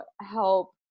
help